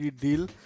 deal